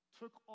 took